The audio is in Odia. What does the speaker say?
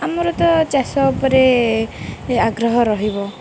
ଆମର ତ ଚାଷ ଉପରେ ଆଗ୍ରହ ରହିବ